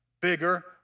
bigger